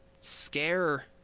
scare